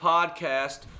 Podcast